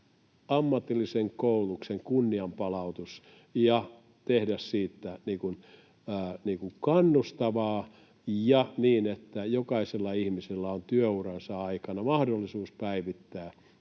ammatillisen koulutuksen kunnia ja tehdä siitä kannustavaa ja niin, että jokaisella ihmisellä on työuransa aikana mahdollisuus päivittää